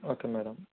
okay madam